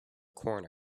corner